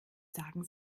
sagen